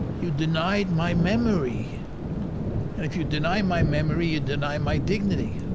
you denied my memory. and if you deny my memory, you deny my dignity.